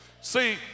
See